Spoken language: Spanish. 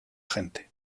gente